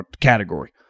category